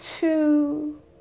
two